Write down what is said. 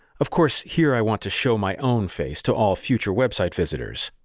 of course, here i want to show my own face to all future website visitors.